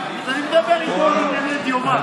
אז אני מדבר איתו בענייני דיומא.